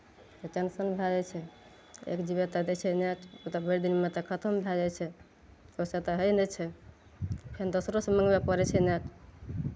तऽ टेन्शन भए जाइ छै एक जी बी तऽ दै छै नेट तऽ भरि दिनमे खतम भए जाइ छै ओसभ तऽ होइ नहि छै फेर दोसरोसँ मङ्गबय पड़ै छै नेट